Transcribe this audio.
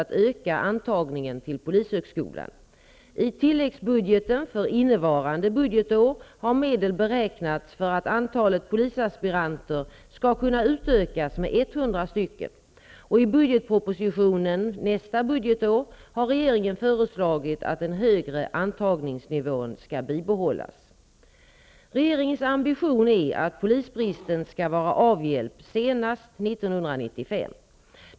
tilläggsbudgeten för innevarande budgetår har medel beräknats för att antalet polisaspiranter skall kunna utökas men 100 stycken och i budgetpropositionen nästa budgetår har regeringen föreslagit att den högre antagningsnivån skall bibehållas. Regeringens ambition är att polisbristen skall vara avhjälpt senast år 1995.